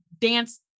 dance